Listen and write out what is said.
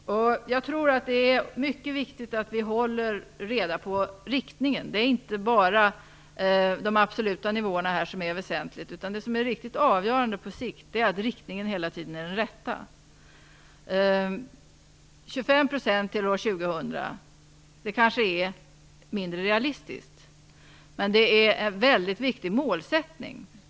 Jag tror att det är mycket viktigt att vi håller reda på riktningen. Det är inte bara de absoluta nivåerna som är det väsentliga, utan det som är riktigt avgörande på sikt är att riktningen hela tiden är den rätta. Att minska totalkonsumtionen med 25 % till år 2000 kanske är mindre realistiskt, men det är en väldigt viktig målsättning.